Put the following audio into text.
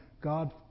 God